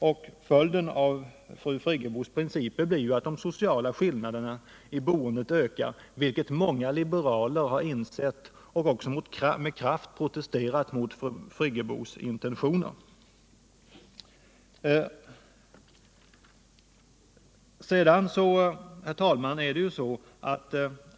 Konsekvensen av fru Friggebos principer blir att de sociala skillnaderna i boendet ökar, vilket många liberaler har insett. De har också med kraft protesterat mot fru Friggebos intentioner. Herr talman!